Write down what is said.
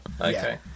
Okay